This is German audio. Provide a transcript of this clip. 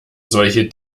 solche